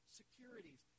securities